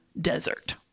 desert